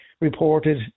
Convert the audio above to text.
reported